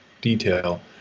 detail